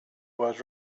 was